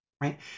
right